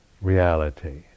reality